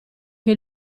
che